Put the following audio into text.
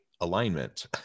alignment